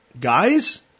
guys